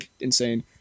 insane